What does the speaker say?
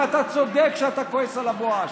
ואתה צודק שאתה כועס על הבואש,